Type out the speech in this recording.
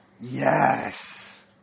Yes